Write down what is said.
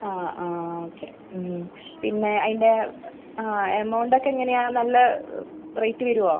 ആ ആ ഓക്കെ മ് പിന്നെ അതിൻ്റെ ആ എമൗണ്ട് ഒക്കെ എങ്ങനെയാണ് നല്ല റേറ്റ് വരുവോ